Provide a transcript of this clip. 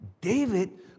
David